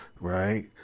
right